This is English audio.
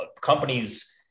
companies